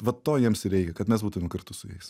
vat to jiems ir reikia kad mes būtume kartu su jais